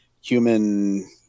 human